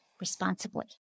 responsibly